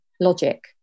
logic